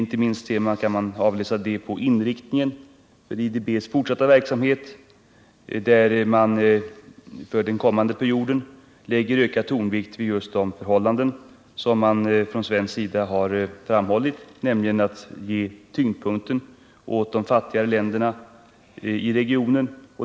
Det kan man avläsa inte minst av IDB:s fortsatta inriktning av verksamheten. Där lägger man för den kommande perioden ökad tonvikt på just de förhållanden som man från svensk sida har framhållit, nämligen förhållandena i de fattiga länderna i regionen.